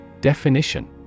Definition